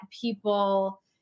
people